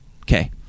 Okay